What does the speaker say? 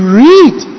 read